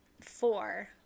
four